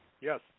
Yes